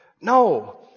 No